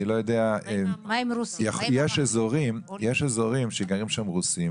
יש אזורים שגרים בהם רוסים,